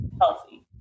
healthy